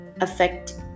affect